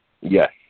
Yes